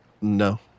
No